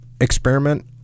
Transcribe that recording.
experiment